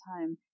time